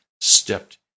stepped